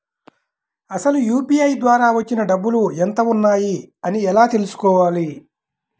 అసలు యూ.పీ.ఐ ద్వార వచ్చిన డబ్బులు ఎంత వున్నాయి అని ఎలా తెలుసుకోవాలి?